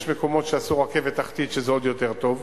יש מקומות שעשו רכבת תחתית, שזה עוד יותר טוב.